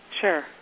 Sure